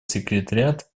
секретариат